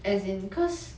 as in cause